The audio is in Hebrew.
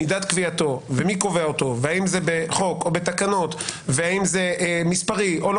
מידת קביעתו ומי קובע אותו והאם זה בחוק או בתקנות והאם זה מספרי או לא